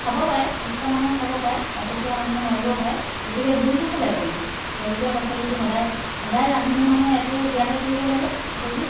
খাব পাৰে সুস্থ মানুহে খাব পাৰে অসুখীয়া মানুহে নোৱাৰিব পাৰে গতিকে জোলটো খালে একো নহয় সেউজীয়া পাচলিটো সদায় সদায় ৰান্ধনি মানুহৰ এইটো জ্ঞাত থাকিব লাগে যে কি